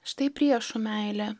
štai priešų meilė